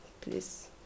please